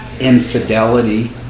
infidelity